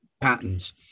patterns